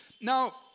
Now